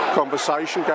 conversation